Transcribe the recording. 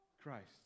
Christ